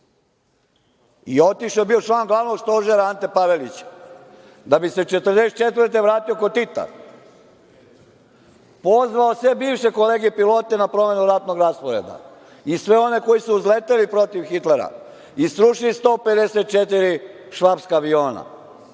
i otišao, bio je član glavnog stožera Ante Pavelića, da bi se 1944. godine vratio kod Tita, pozvao sve bivše kolege pilote na promenu ratnog rasporeda i sve oni koji su uzleteli protiv Hitlera i srušili 154 švapska aviona.